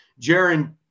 Jaron